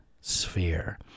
sphere